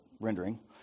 rendering